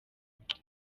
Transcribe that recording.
moto